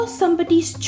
somebody's